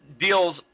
deals